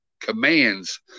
commands